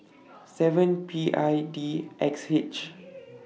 seven P I D X H